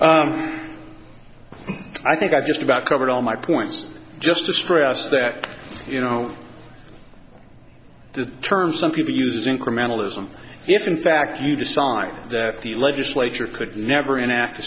time i think i've just about covered all my points just to stress that you know the term some people use incrementalism if in fact you decide that the legislature could never enact a